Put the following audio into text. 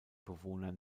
bewohner